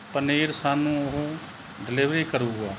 ਪਨੀਰ ਸਾਨੂੰ ਉਹ ਡਿਲੀਵਰੀ ਕਰੇਗਾ